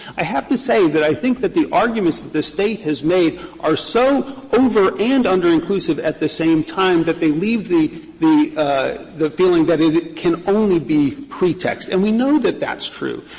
i have to say that i think that the arguments that the state has made are so over and underinclusive at the same time, that they leave the the the feeling that it can only be pretext. and we know that that's true,